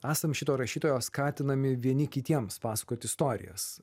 esam šito rašytojo skatinami vieni kitiems pasakot istorijas